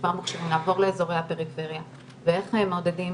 שכבר מוכשרים לעבור לאזורי הפריפריה ואיך מעודדים